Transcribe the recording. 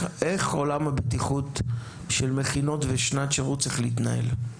עולם הבטיחות של מכינות ושנת שירות צריך להתנהל,